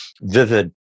vivid